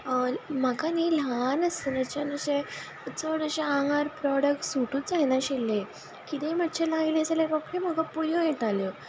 म्हाका न्ही ल्हान आसतनाच्यान अशें चड अशें आंगार प्रोडक्ट सुटूच जायनाशिल्ले किदेंय मातशें लागलें जाल्यार रोकडें म्हाका पुळयो येताल्यो